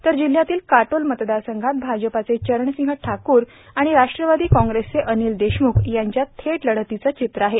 तर जिल्ह्यातील काटोल मतदारसंघात भाजपाचे चरणसिंग ठाकूर आणि राष्ट्रवादी काँग्रेसचे अनिल देशमूख यांच्यात थेट लढतीचे चित्र आहेत